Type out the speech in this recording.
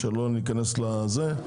לרעה.